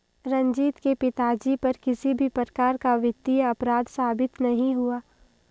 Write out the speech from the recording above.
रंजीत के पिताजी पर किसी भी प्रकार का वित्तीय अपराध साबित नहीं हुआ